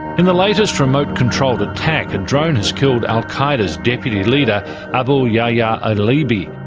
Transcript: in the latest remote controlled attack a drone has killed al qaeda's deputy leader abu yahya al-libi.